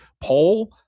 poll